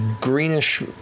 greenish